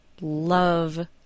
love